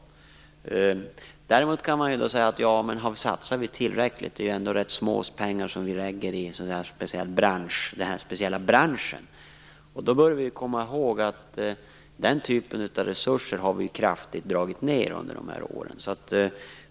Däremot kan man fråga sig om det satsas tillräckligt. Det är ändå ganska litet pengar som läggs ned i den här speciella branschen. Man bör komma ihåg att regeringen kraftigt har dragit ned på den typen av resurser under de här åren.